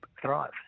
thrive